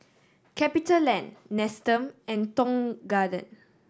CapitaLand Nestum and Tong Garden